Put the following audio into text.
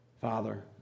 Father